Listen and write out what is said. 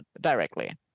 directly